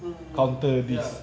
oo ya